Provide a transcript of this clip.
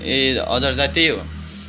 ए हजुर दा त्यही हो